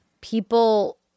People